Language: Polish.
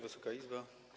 Wysoka Izbo!